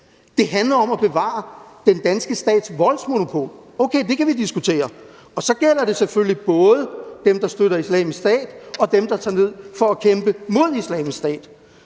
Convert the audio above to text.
det handler om at bevare den danske stats voldsmonopol – okay, det kan vi diskutere – og så gælder det selvfølgelig både dem, der støtter Islamisk Stat, og dem, der tager ned for at kæmpe mod Islamisk Stat.